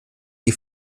die